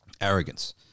arrogance